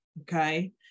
Okay